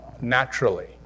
naturally